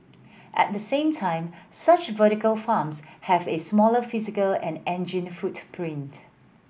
at the same time such vertical farms have a smaller physical and energy footprint